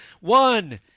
one